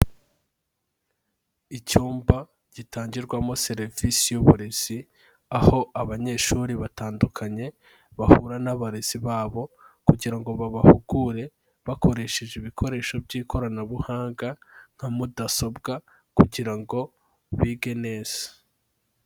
Icyumba gitangirwamo serivisi y'uburezi, aho abanyeshuri batandukanye bahura n'abarezi babo kugira ngo babahugure, bakoresheje ibikoresho by'ikoranabuhanga nka mudasobwa kugira ngo bige neza.